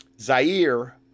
Zaire